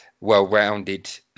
well-rounded